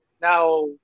Now